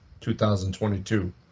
2022